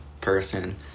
person